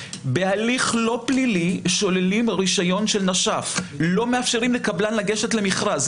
להמשיך בהליך פלילי נגד הנאשם בביצועה מן הטעם שהתשתית